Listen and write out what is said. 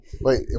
Wait